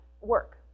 work